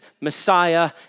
Messiah